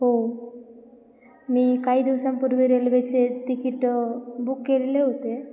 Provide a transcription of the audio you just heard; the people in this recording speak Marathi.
हो मी काही दिवसांपूर्वी रेल्वेचे तिकीट बुक केलेले होते